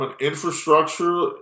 infrastructure –